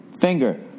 Finger